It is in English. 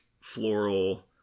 floral